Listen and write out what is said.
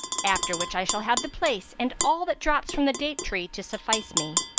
after which i shall have the place and all that drops from the date-tree to suffice me.